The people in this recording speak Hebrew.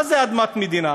מה זה אדמת מדינה?